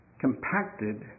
Compacted